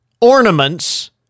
ornaments